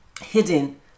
hidden